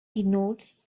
denotes